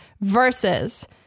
Versus